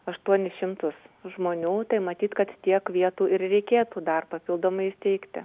aštuonis šimtus žmonių tai matyt kad tiek vietų ir reikėtų dar papildomai įsteigti